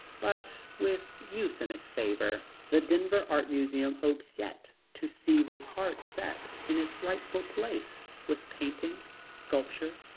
but with youth in its favor, the denver art museum hopes yet to see this art set in its rightful place with painting, sculpture,